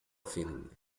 finland